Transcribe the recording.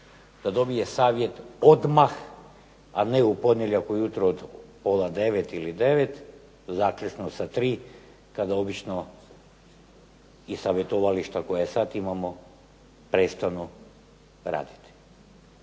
da dobije savjet odmah, a ne u ponedjeljak ujutro od pola 9 ili 9 zaključno sa 3, kada obično i savjetovališta koja i sad imamo prestanu raditi.